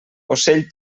ocell